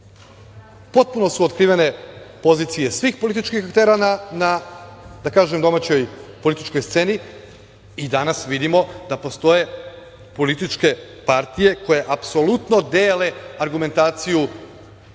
potpuno su otkrivene pozicije svih politčkih terana, na domaćoj političkoj sceni i danas vidimo da postoje političke partije koje apsolutno dele argumentaciju vladajućeg